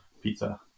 pizza